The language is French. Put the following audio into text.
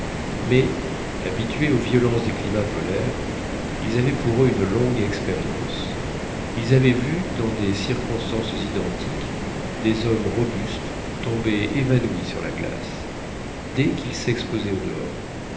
mais habitués aux violences des climats polaires ils avaient pour eux une longue expérience ils avaient vu dans des circonstances identiques des hommes robustes tomber évanouis sur la glace dès qu'ils s'exposaient au-dehors